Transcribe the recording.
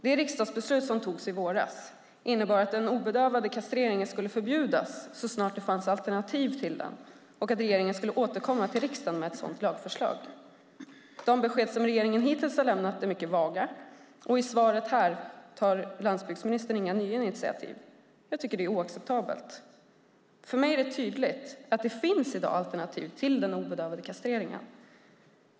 Det riksdagsbeslut som togs i våras innebar att den obedövade kastreringen skulle förbjudas så snart det fanns alternativ till den och att regeringen skulle återkomma till riksdagen med ett lagförslag. De besked som regeringen hittills har lämnat är mycket vaga, och i svaret i dag tar landsbygdsministern inga nya initiativ. Jag tycker att det är oacceptabelt. För mig är det tydligt att det i dag finns alternativ till den obedövade kastreringen.